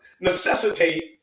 necessitate